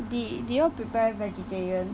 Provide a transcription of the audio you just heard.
did did you prepare vegetarian